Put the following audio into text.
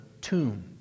tomb